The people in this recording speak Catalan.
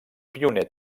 pioner